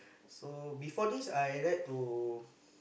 so before this I like to